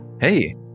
hey